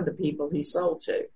of the people he sell to